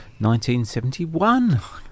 1971